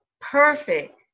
perfect